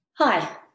Hi